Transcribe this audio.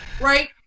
Right